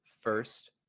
first